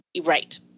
Right